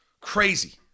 crazy